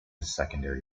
secondary